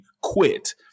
quit